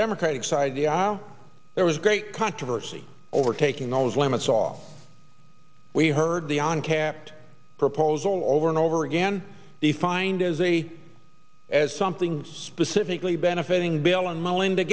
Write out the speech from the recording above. democratic side of the aisle there was great controversy over taking those limits all we heard the on capped proposal over and over again defined as a as something specifically benefiting bill and melinda